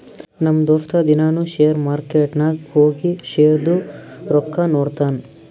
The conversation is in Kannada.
ನಮ್ ದೋಸ್ತ ದಿನಾನೂ ಶೇರ್ ಮಾರ್ಕೆಟ್ ನಾಗ್ ಹೋಗಿ ಶೇರ್ದು ರೊಕ್ಕಾ ನೋಡ್ತಾನ್